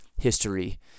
history